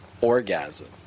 orgasm